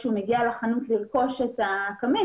כשהוא מגיע לחנות לרכוש את הקמין,